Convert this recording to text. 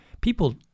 people